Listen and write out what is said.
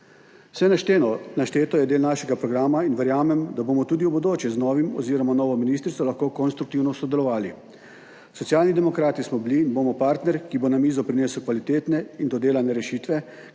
našteto je del našega programa in verjamem, da bomo tudi v bodoče z novim oziroma novo ministrico lahko konstruktivno sodelovali. Socialni demokrati smo bili in bomo partner, ki bo na mizo prinesel kvalitetne in dodelane rešitve,